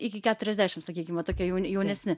iki keturiasdešim sakykim va tokie jaunesni